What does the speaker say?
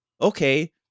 Okay